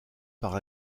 par